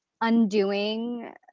undoing